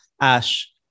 Ash